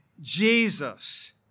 Jesus